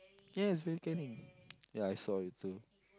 yes very ya I saw it too